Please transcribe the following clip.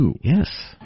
Yes